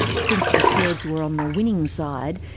since the serbs were on the winning side,